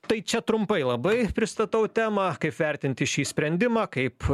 tai čia trumpai labai pristatau temą kaip vertinti šį sprendimą kaip